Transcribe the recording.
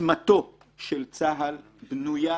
עוצמתו של צה"ל בנויה